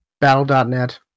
Battle.net